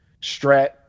Strat